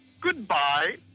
Goodbye